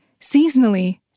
seasonally